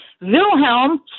Wilhelm